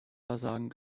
versagen